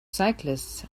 cyclists